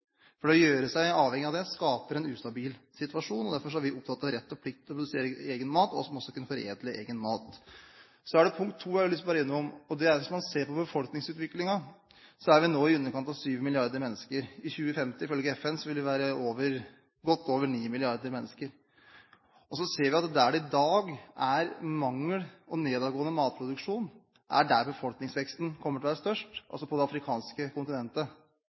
For det å gjøre seg avhengig av det skaper en ustabil situasjon. Derfor er vi opptatt av rett og plikt til å produsere egen mat, og at man også skal kunne foredle egen mat. Så er det et punkt til jeg har lyst til å komme innom. Hvis man ser på befolkningsutviklingen, er vi nå i underkant av 7 milliarder mennesker. I 2050 vil vi ifølge FN være godt over 9 milliarder mennesker. Så ser vi at der det i dag er mangel og nedadgående matproduksjon, er der befolkningsveksten kommer til å være størst, altså på det afrikanske kontinentet.